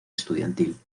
estudiantil